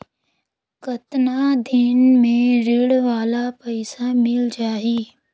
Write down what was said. कतना दिन मे ऋण वाला पइसा मिल जाहि?